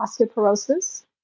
osteoporosis